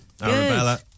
Arabella